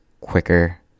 quicker